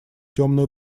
темную